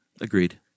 agreed